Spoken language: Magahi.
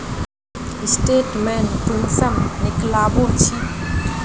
स्टेटमेंट कुंसम निकलाबो छी?